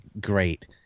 Great